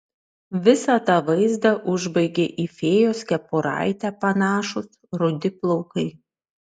visą tą vaizdą užbaigė į fėjos kepuraitę panašūs rudi plaukai